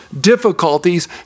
difficulties